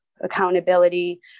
accountability